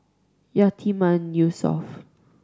Yatiman Yusof